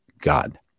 God